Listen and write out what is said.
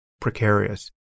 precarious